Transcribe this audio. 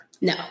no